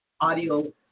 Audio